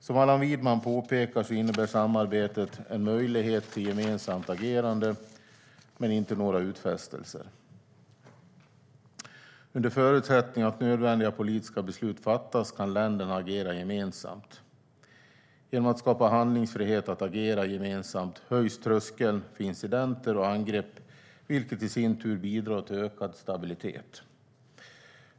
Som Allan Widman påpekar innebär samarbetet en möjlighet till gemensamt agerande, men inte några utfästelser. Under förutsättning att nödvändiga politiska beslut fattas kan länderna agera gemensamt. Genom att skapa handlingsfrihet att agera gemensamt höjs tröskeln för incidenter och angrepp, vilket i sin tur bidrar till ökad stabilitet.